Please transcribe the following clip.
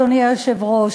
אדוני היושב-ראש,